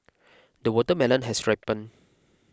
the watermelon has ripened